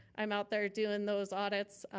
i'm out there doing those audits,